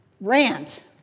rant